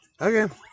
Okay